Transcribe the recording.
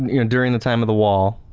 you know during the time of the wall,